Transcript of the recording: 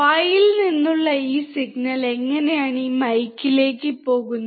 വായിൽ നിന്നുള്ള ഈ സിഗ്നൽ എങ്ങനെയാണ് ഈ മൈക്കിലേക്ക് പോകുന്നത്